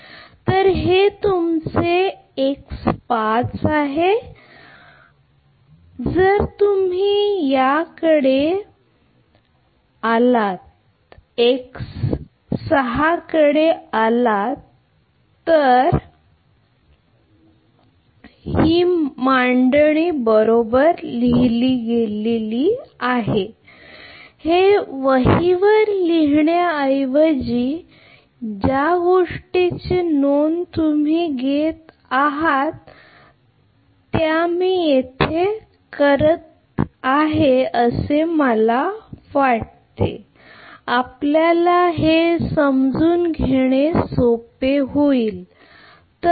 तर हे तुमचे आहे जर तुम्ही याकडे आलात तर तुम्ही येथे आलात हे हे आहे ही मांडणी तर बरोबर आली तर वही वर लिहिण्याऐवजी ज्या गोष्टीची नोंद तुम्ही घेत आहात त्या मी येथे करीन असे मला वाटले आपल्याला हे समजून घेणे सोपे होईल